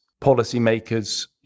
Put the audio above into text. policymakers